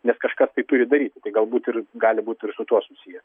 nes kažkas tai turi daryti tai galbūt ir gali būt ir su tuo susiję